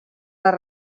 les